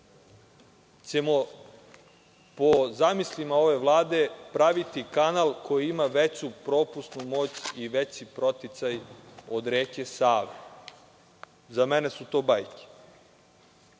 ćemo po zamislima ove Vlade praviti kanal koji ima veću propusnu moć i veći proticaj od reke Save.Za mene su to bajke.